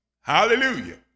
hallelujah